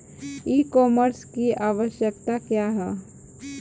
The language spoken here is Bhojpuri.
ई कॉमर्स की आवशयक्ता क्या है?